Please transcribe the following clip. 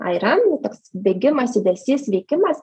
airan toks bėgimas judesys veikimas